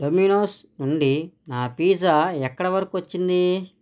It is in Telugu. డొమినోస్ నుండి నా పిజ్జా ఎక్కడ వరకు వచ్చింది